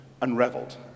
unraveled